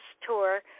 tour